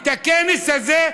את הכנס הזה,